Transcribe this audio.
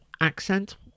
Accent